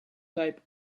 type